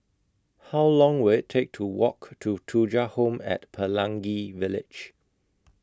How Long Will IT Take to Walk to Thuja Home At Pelangi Village